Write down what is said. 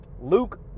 luke